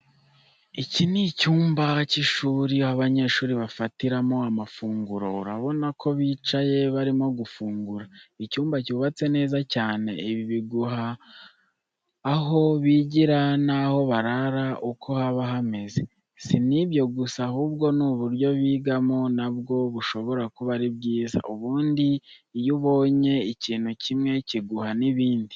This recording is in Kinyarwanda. Iki ni icyumba cy'ishuri, aho abanyeshuri bafatiramo amafunguro, urabona ko bicaye barimo gufungura. Icyumba cyubatse neza cyane, ibi biguha aho bigira naho barara uko haba hameze. Si n'ibyo gusa ahubwo n'uburyo bigamo na bwo bushobora kuba ari bwiza. Ubundi iyo ubonye ikintu kimwe kiguha n'ibindi.